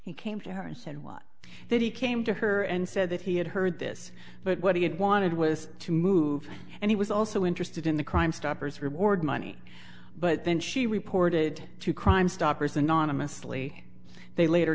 he came to her and said was that he came to her and said that he had heard this but what he had wanted was to move and he was also interested in the crimestoppers reward money but then she reported to crimestoppers anonymously they later